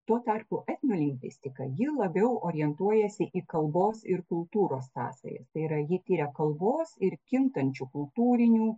tuo tarpu etnolingvistika ji labiau orientuojasi į kalbos ir kultūros sąsajas tai yra ji tiria kalbos ir kintančių kultūrinių